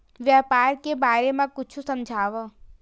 व्यापार के बारे म कुछु समझाव?